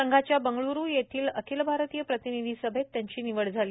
संघाच्या बंगळ्रू येथील अखिल भारतीय प्रतिनिधी सभेत त्यांची निवड झाली